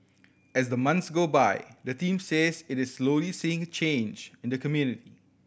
as the months go by the team says it is slowly seeing change in the community